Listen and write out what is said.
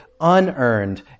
unearned